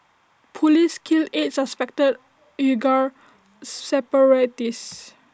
Police kill eight suspected Uighur separatists